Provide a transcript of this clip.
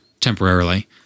temporarily